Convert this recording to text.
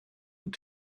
und